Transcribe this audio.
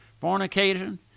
fornication